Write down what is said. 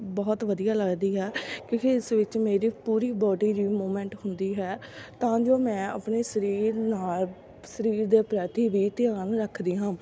ਬਹੁਤ ਵਧੀਆ ਲੱਗਦੀ ਆ ਕਿਉਂਕਿ ਇਸ ਵਿੱਚ ਮੇਰੀ ਪੂਰੀ ਬੋਡੀ ਦੀ ਮੂਵਮੈਂਟ ਹੁੰਦੀ ਹੈ ਤਾਂ ਜੋ ਮੈਂ ਆਪਣੇ ਸਰੀਰ ਨਾਲ ਸਰੀਰ ਦੇ ਪ੍ਰਤੀ ਵੀ ਧਿਆਨ ਰੱਖਦੀ ਹਾਂ